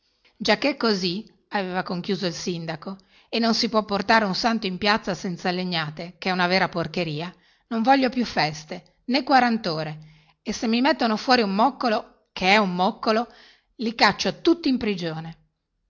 ubbriaco giacchè è così aveva conchiuso il sindaco e non si può portare un santo in piazza senza legnate che è una vera porcheria non voglio più feste nè quarantore e se mi mettono fuori un moccolo che è un moccolo li caccio tutti in prigione